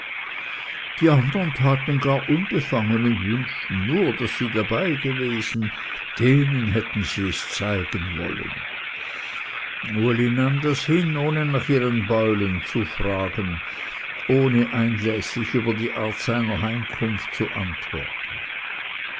die andern taten gar unbefangen und wünschten nur daß sie dabeigewesen denen hätten sie es zeigen wollen uli nahm das hin ohne nach ihren beulen zu fragen ohne einläßlich über die art seiner heimkunft zu antworten